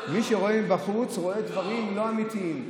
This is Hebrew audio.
מי שרואה מבחוץ רואה דברים לא אמיתיים,